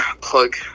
plug